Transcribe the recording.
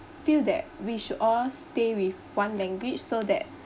feel that we should all stay with one language so that